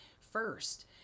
first